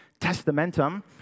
Testamentum